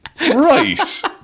Right